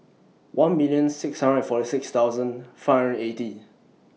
one million six hundred forty six thousand five hundred eighty